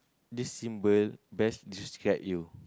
this symbol best describe you